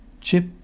Chip